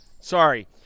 Sorry